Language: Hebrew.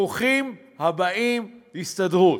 ברוכים הבאים, הסתדרות.